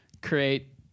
create